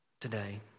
today